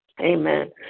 Amen